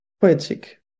poetic